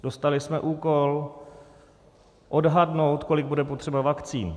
Dostali jsme úkol odhadnout, kolik bude potřeba vakcín.